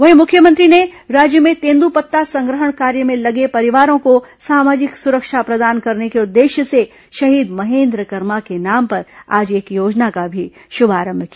वहीं मुख्यमंत्री ने राज्य में तेंद्रपत्ता संग्रहण कार्य में लगे परिवारों को सामाजिक सुरक्षा प्रदान करने के उद्देश्य से शहीद महेन्द्र कर्मा के नाम पर आज एक योजना का भी शुभारंभ किया